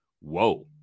whoa